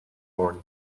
corn